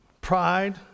pride